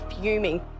fuming